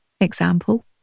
example